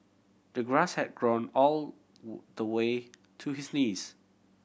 the grass had grown all the way to his knees